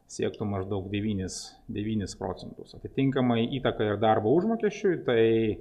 siektų maždaug devynis devynis procentus atitinkamai įtaka ir darbo užmokesčiui tai